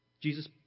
Jesus